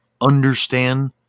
understand